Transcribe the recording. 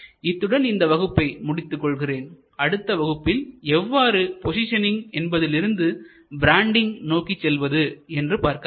இத்துடன் இந்த வகுப்பை முடித்துக்கொள்கிறேன் அடுத்த வகுப்பில் எவ்வாறு போசிஷனிங் என்பதிலிருந்து பிராண்டிங் நோக்கி செல்வது என்று பார்க்கலாம்